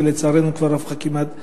ולצערנו כבר הפכה כמעט לקבע.